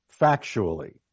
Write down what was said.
factually